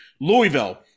Louisville